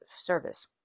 service